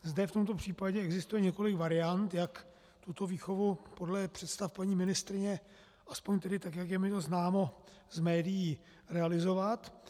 Zde v tomto případě existuje několik variant, jak tuto výchovu podle představ paní ministryně, aspoň tak jak je mi známo z médií, realizovat.